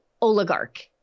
oligarch